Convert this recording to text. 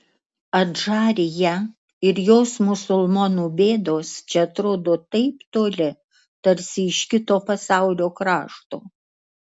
adžarija ir jos musulmonų bėdos čia atrodo taip toli tarsi iš kito pasaulio krašto